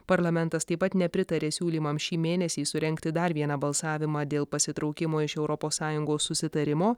parlamentas taip pat nepritaria siūlymams šį mėnesį surengti dar vieną balsavimą dėl pasitraukimo iš europos sąjungos susitarimo